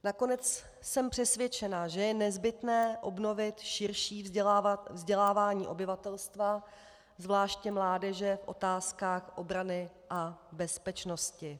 Nakonec jsem přesvědčená, že je nezbytné obnovit širší vzdělávání obyvatelstva, zvláště mládeže, v otázkách obrany a bezpečnosti.